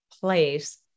place